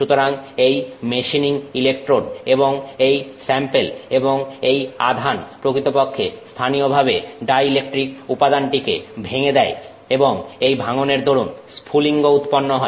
সুতরাং এই machining electrode এবং এই স্যাম্পেল এবং এই আধান প্রকৃতপক্ষে স্থানীয়ভাবে ডাই ইলেকট্রিক উপাদানটিকে ভেঙে দেয় এবং এই ভাঙ্গনের দরুন স্ফুলিঙ্গ উৎপন্ন হয়